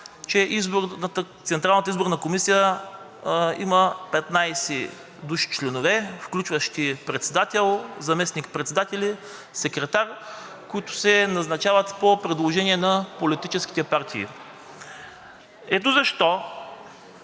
че Централната избирателна комисия има 15 членове, включващи председател, заместник председатели, секретар, които се назначават по предложение на политическите партии. Ето защо